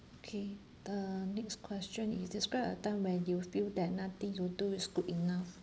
okay uh next question is describe a time when you feel that nothing you do is good enough